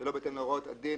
ולא בהתאם להוראות הדין,